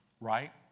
right